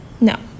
No